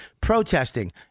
Protesting